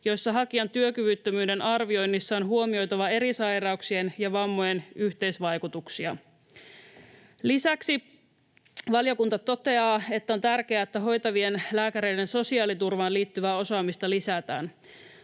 joissa hakijan työkyvyttömyyden arvioinnissa on huomioitava eri sairauksien ja vammojen yhteisvaikutuksia. Lisäksi valiokunta toteaa, että on tärkeää, että hoitavien lääkäreiden sosiaaliturvaan liittyvää osaamista lisätään.